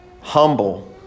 humble